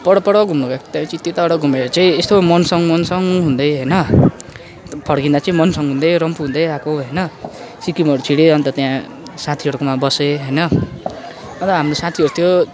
पर पर घुम्नु गएको थिएँ त्यसपछि त्यताबाट घुमेर चाहिँ यस्तो मन्सोङ मन्सोङ हुँदै होइन फर्किँदा चाहिँ मन्सोङ हुँदै रम्फू हुँदै आएको होइन सिक्किमहरू छिरेँ अन्त त्यहाँ साथीहरूकोमा बसेँ होइन र हाम्रो साथीहरू थियो